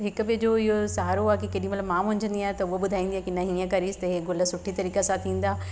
त हिकु ॿिए जो इहो सहारो आहे की केॾीमहिल मां मुंझदी आहियां त उहो ॿुधाईंदी आहे की न हीअ करियसि त इहे गुल सुठी तरीक़े सां थींदा